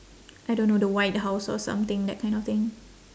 I don't know the white house or something that kind of thing